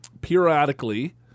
periodically